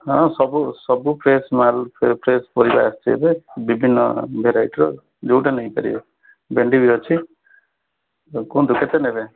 ହଁ ସବୁ ସବୁ ଫ୍ରେଶ୍ ମାଲ୍ ସବୁ ଫ୍ରେଶ୍ ପରିବା ଆସିଛି ଏବେ ବିଭିନ୍ନ ଭେଟାଇଟ୍ର ଯେଉଁଟା ନେଇ ପାରିବେ ଭେଣ୍ଡିବି ଅଛି କୁହନ୍ତୁ କେତେ ନେବେ